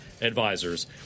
advisors